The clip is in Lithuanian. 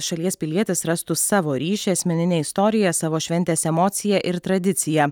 šalies pilietis rastų savo ryšį asmeninę istoriją savo šventės emociją ir tradiciją